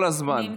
כל הזמן.